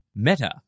Meta